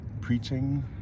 preaching